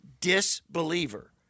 disbeliever